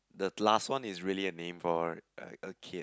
the last one is really a name for a a kid